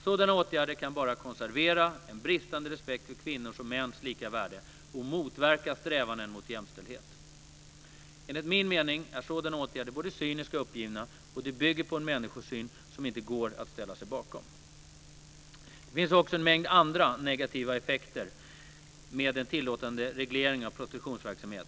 Sådana åtgärder kan bara konservera en bristande respekt för kvinnors och mäns lika värde och motverka strävanden mot jämställdhet. Enligt min mening är sådana åtgärder både cyniska och uppgivna, och de bygger på en människosyn som inte går att ställa sig bakom. Det finns också en mängd andra negativa effekter med en tillåtande reglering av prostitutionsverksamhet.